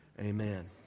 amen